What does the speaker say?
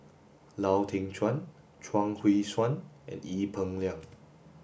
Lau Teng Chuan Chuang Hui Tsuan and Ee Peng Liang